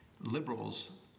liberals